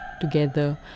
together